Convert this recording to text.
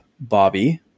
Bobby